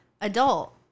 adult